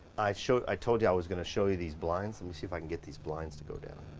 i showed, i told ya i was gonna show you these blinds. let me see if i can get these blinds to go down.